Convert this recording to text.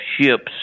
ships